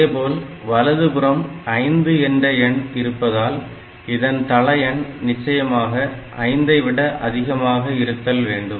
அதேபோல வலது புறம் 5 என்ற எண் இருப்பதால் இதன் தளஎண் நிச்சயமாக 5 ஐ விட அதிகமாக இருத்தல் வேண்டும்